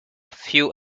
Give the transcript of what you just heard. few